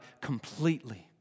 completely